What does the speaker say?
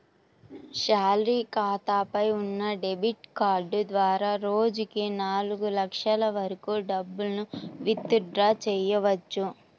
salary ఖాతాపై ఉన్న debit card ద్వారా రోజుకి నాలుగు లక్షల వరకు డబ్బులను విత్ డ్రా చెయ్యవచ్చు